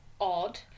odd